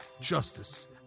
justice